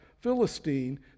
Philistine